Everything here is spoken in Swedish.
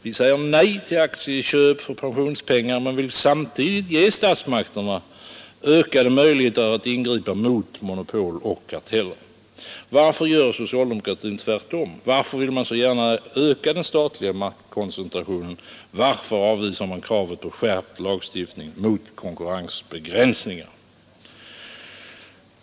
Vi säger nej till aktieköp för pensionspengarna men vill samtidigt ge statsmakterna ökade möjligheter att ingripa mot monopol och karteller. Varför gör socialdemokratin tvärtom? Varför vill man så gärna öka den statliga maktkoncentrationen? Varför avvisar man kravet på skärpt lagstiftning mot konkurrensbegränsningar?